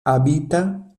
habita